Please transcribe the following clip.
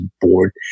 bored